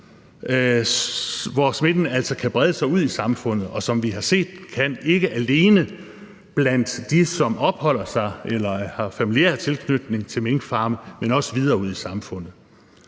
så smitten altså kan brede sig ud i samfundet. Og som vi har set, er det ikke alene blandt dem, som opholder sig eller har familiær tilknytning til minkfarme, men også videre ud i samfundet.